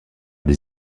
des